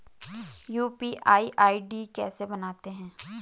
UPI ID कैसे बनाते हैं?